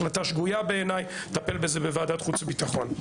זו החלטה שגויה בעניין ואנחנו נטפל בזה בוועדת חוץ וביטחון.